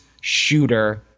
shooter